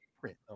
print